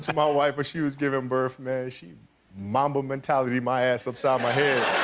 so my wife when she was giving birth, man, she'd mamma mentality my ass upside my hid.